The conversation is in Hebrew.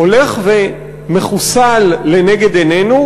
הולך ומחוסל לנגד עינינו,